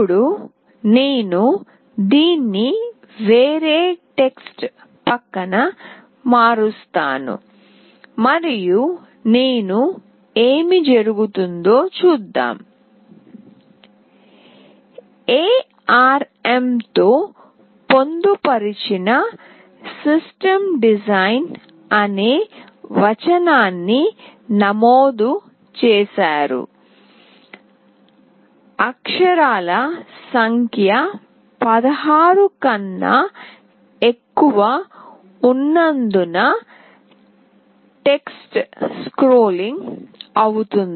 ఇప్పుడు నేను దీన్ని వేరే టెక్స్ట్ పక్కన మారుస్తాను మరియు నేను ఏమి జరుగుతుందో చూద్దాం ARM తో పొందుపరిచిన సిస్టమ్ డిజైన్ అనే వచనాన్ని నమోదు చేసారు అక్షరాల సంఖ్య 16 కన్నా ఎక్కువ ఉన్నందున టెక్స్ట్ స్క్రోలింగ్ అవుతోంది